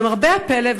למרבה הפלא,